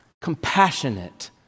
compassionate